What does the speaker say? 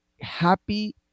happy